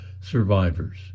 survivors